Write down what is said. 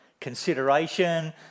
consideration